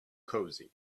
cosy